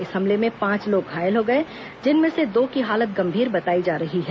इस हमले में पांच लोग घायल हो गए जिनमें से दो की हालत गंभीर बताई जा रही है